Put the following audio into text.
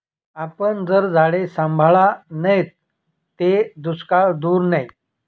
आपन जर झाडे सांभाळा नैत ते दुष्काळ दूर नै